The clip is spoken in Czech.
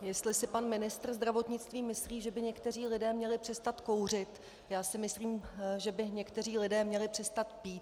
Jestli si pan ministr zdravotnictví myslí, že by někteří lidé měli přestat kouřit, já si myslím, že by někteří lidé měli přestat pít.